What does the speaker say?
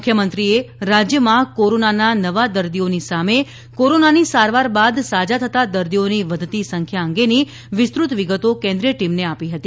મુખ્યમંત્રીએ રાજ્યમાં કોરોનાના નવા દર્દીઓની સામે કોરોનાની સારવાર બાદ સાજા થતાં દર્દીઓની વધતી સંખ્યા અંગેની વિસ્તૃત વિગતો કેન્દ્રિય ટીમને આપી હતી